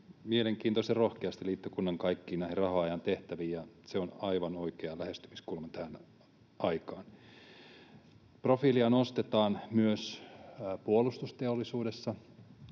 mielenkiintoisen rohkeasti liittokunnan kaikkiin näihin rauhanajan tehtäviin, ja se on aivan oikea lähestymiskulma tähän aikaan. Profiilia nostetaan myös puolustusteollisuudessa,